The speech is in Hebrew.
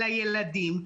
לילדים,